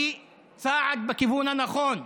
היא צעד בכיוון הנכון.